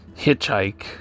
hitchhike